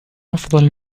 أفضل